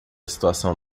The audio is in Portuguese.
situação